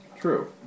True